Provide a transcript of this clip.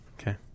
Okay